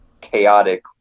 chaotic